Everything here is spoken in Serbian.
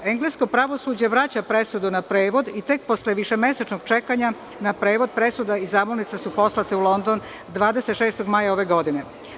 Englesko pravosuđe vraća presudu na prevod i tek posle višemesečnog čekanja na prevod, presuda i zamolnica su poslate u London 26. maja ove godine.